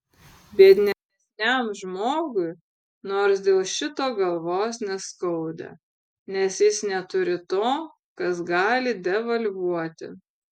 biednesniam žmogui nors dėl šito galvos neskauda nes jis neturi to kas gali devalvuoti